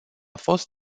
fost